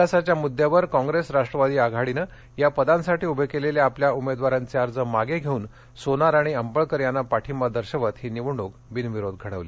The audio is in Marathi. विकासाच्या मुद्यावर काँग्रेस राष्ट्रवादी आघाडीनं या पदांसाठी उभे केलेल्या आपल्या उमेदवारांचे अर्ज मागे घेऊन सोनार आणि अपळकर यांना पाठींबा दर्शवत ही निवडणूक बिनविरोध घडवली